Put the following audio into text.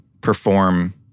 perform